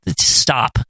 stop